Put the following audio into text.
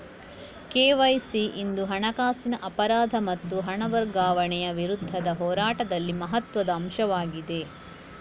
KYC ಇಂದು ಹಣಕಾಸಿನ ಅಪರಾಧ ಮತ್ತು ಹಣ ವರ್ಗಾವಣೆಯ ವಿರುದ್ಧದ ಹೋರಾಟದಲ್ಲಿ ಮಹತ್ವದ ಅಂಶವಾಗಿದೆ